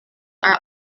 are